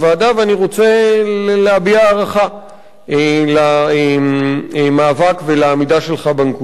ואני רוצה להביע הערכה למאבק ולעמידה שלך בנקודה הזאת.